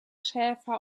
schäfer